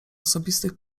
osobistych